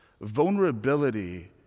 vulnerability